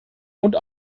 und